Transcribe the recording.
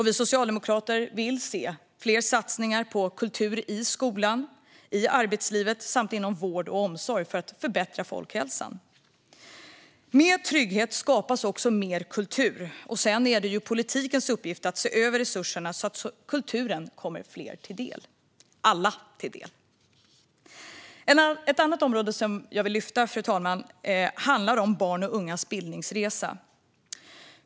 Vi socialdemokrater vill se fler satsningar på kultur i skolan, i arbetslivet samt inom vård och omsorg för att förbättra folkhälsan. Med trygghet skapas också mer kultur. Sedan är det politikens uppgift att se över resurserna så att kulturen kommer alla till del. Ett annat område som jag vill lyfta, fru talman, handlar om barns och ungas bildningsresa.